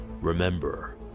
remember